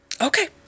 Okay